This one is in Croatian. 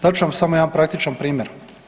Dat ću vam samo jedan praktičan primjer.